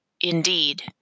Indeed